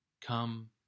come